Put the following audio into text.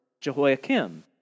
Jehoiakim